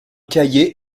cahier